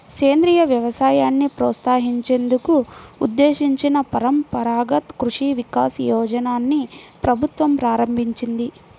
సేంద్రియ వ్యవసాయాన్ని ప్రోత్సహించేందుకు ఉద్దేశించిన పరంపరగత్ కృషి వికాస్ యోజనని ప్రభుత్వం ప్రారంభించింది